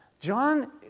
John